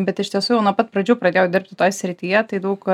bet iš tiesų jau nuo pat pradžių pradėjau dirbti toj srityje tai daug